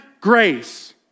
grace